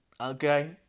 Okay